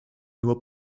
nur